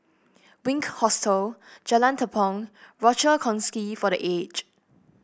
Wink Hostel Jalan Tepong Rochor Kongsi for The Aged